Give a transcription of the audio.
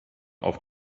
auf